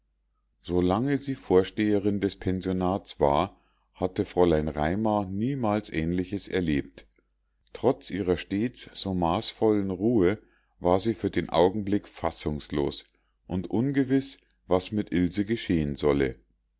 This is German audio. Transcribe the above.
sie vorsteherin des pensionats war hatte fräulein raimar niemals aehnliches erlebt trotz ihrer stets so maßvollen ruhe war sie für den augenblick fassungslos und ungewiß was mit ilse geschehen solle